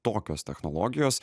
tokios technologijos